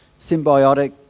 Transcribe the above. symbiotic